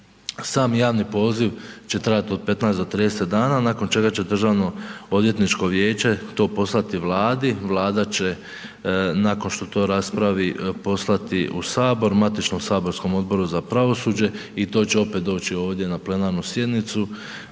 Sam javni poziv će trajat od 15 do 30 dana nakon čega će državno odvjetničko vijeće to poslati Vladi, Vlada će nakon što to raspravi, poslati u HS matičnom saborskom Odboru za pravosuđe i to će opet doći ovdje na plenarnu sjednicu